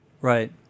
right